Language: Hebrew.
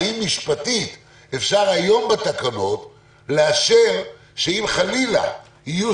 האם משפטית אפשר היום בתקנות לאשר שאם חלילה יהיו